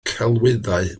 celwyddau